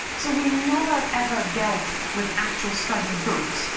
so we never, ever dealt with actual study books.